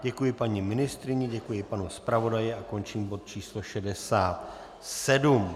Děkuji paní ministryni, děkuji panu zpravodaji a končím bod číslo 67.